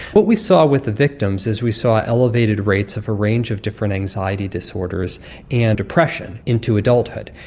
what we saw with the victims is we saw elevated rates of a range of different anxiety disorders and depression into adulthood.